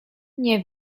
nie